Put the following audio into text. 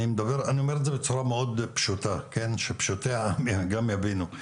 אני אומר את זה בצורה מאוד פשוטה שפשוטי העם גם יבינו,